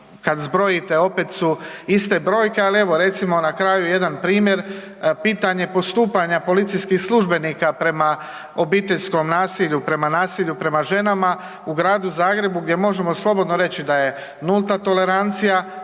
kad zbrojite opet su iste brojke, ali evo recimo na kraju jedan primjer pitanje postupanja policijskih službenika prema obiteljskom nasilju, prema nasilju prema ženama, u Gradu Zagrebu gdje možemo slobodno reći da je nulta tolerancija